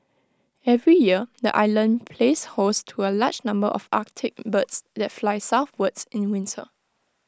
every year the island plays host to A large number of Arctic birds that fly southwards in winter